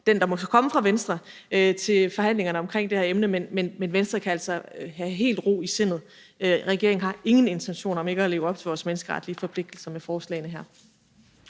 den, der måtte komme fra Venstre, under forhandlingerne omkring det her emne. Men Venstre kan altså have helt ro i sindet. Regeringen har ingen intentioner om ikke at leve op til vores menneskeretlige forpligtelser med forslagene her.